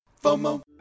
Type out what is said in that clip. FOMO